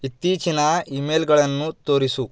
ಇತ್ತೀಚಿನ ಇ ಮೇಲ್ಗಳನ್ನು ತೋರಿಸು